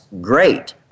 great